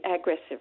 aggressive